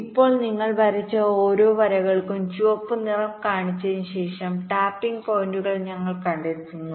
ഇപ്പോൾ നിങ്ങൾ വരച്ച ഓരോ വരകൾക്കും ചുവപ്പുനിറം കാണിച്ചതിന് ശേഷം ടാപ്പിംഗ് പോയിന്റുകൾ ഞങ്ങൾ കണ്ടെത്തുന്നു